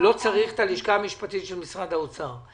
לא צריך את הלשכה המשפטית של משרד האוצר,